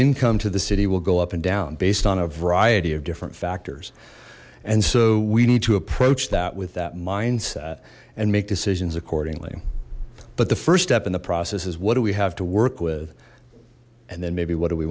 income to the city will go up and down based on a variety of different factors and so we need to approach that with that mindset and make decisions accordingly but the first step in the process is what do we have to work with and then maybe what do we